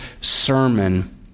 sermon